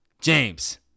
James